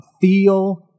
feel